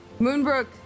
Moonbrook